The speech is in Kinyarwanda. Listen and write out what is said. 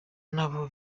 nabo